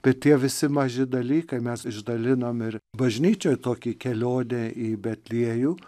bet tie visi maži dalykai mes išdalinom ir bažnyčioj tokį kelionę į betliejų